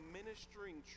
ministering